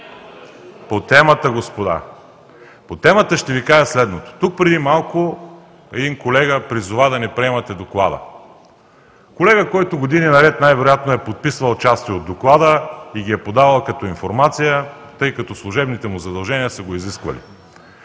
по темата!“.) По темата ще Ви кажа следното. Тук преди малко един колега призова да не приемате Доклада – колега, който години наред най-вероятно е подписвал части от доклада и ги е подавал като информация, тъй като служебните му задължения са го изисквали;